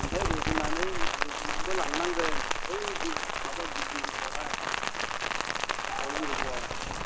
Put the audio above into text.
अन्थाइ रुजुननानै रुजुननानैबो लांनांगोन बै बिल्डिं माबा बिल्डिं गोजौआवहाय दलां गोजौआव